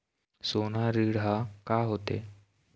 सोना ऋण हा का होते?